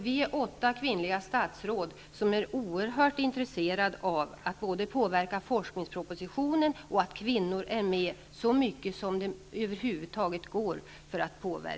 Vi är åtta kvinnliga statsråd som är oerhört intresserade av att både påverka forskningspropositionen och att få kvinnor att delta så mycket som det över huvud taget går.